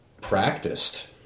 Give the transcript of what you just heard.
practiced